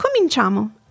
cominciamo